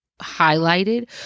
highlighted